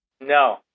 No